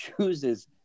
chooses